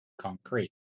concrete